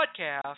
Podcast